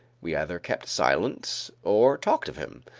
we either kept silence or talked of him.